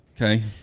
Okay